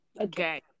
okay